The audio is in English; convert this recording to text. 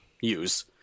use